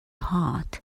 hot